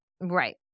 Right